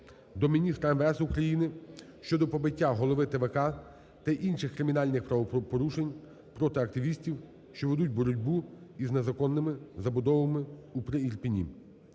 до міністра МВС України щодо побиття голови ТВК та інших кримінальних правопорушень проти активістів, що ведуть боротьбу із незаконними забудовами у Приірпінні.